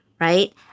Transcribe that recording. right